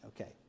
okay